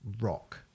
rock